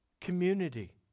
community